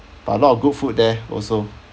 but a lot of good food there also